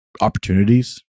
opportunities